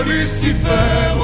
Lucifer